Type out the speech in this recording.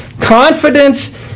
Confidence